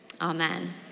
amen